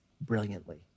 brilliantly